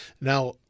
Now